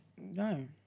No